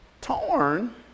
torn